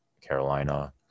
Carolina